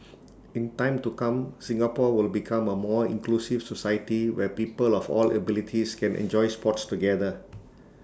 in time to come Singapore will become A more inclusive society where people of all abilities can enjoy sports together